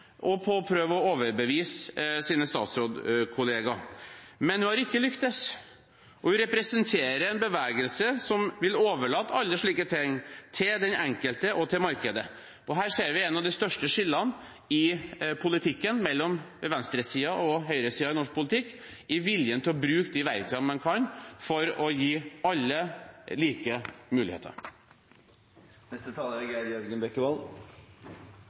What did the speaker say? og på å prøve å overbevise sine statsrådkolleger, men hun har ikke lyktes. Hun representerer en bevegelse som vil overlate alle slike ting til den enkelte og til markedet. Her ser vi et av de største skillene mellom venstresiden og høyresiden i norsk politikk, viljen til å bruke de verktøyene man kan for å gi alle like muligheter.